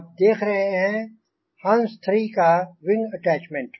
आप देख रहे हैं हंस 3 का विंग अटैच्मेंट